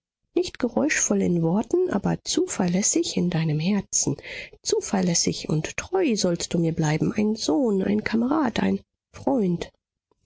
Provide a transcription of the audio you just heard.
nicht geräuschvoll in worten aber zuverlässig in deinem herzen zuverlässig und treu sollst du mir bleiben ein sohn ein kamerad ein freund